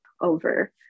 over